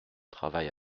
travail